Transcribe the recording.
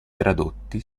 tradotti